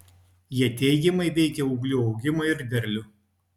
jie teigiamai veikia ūglių augimą ir derlių